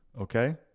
Okay